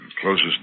closest